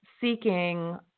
seeking